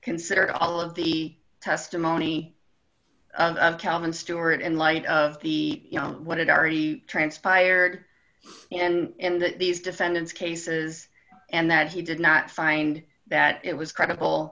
considered all of the testimony calvin stewart in light of the you know what it already transpired and that these defendants cases and that he did not find that it was credible